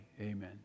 amen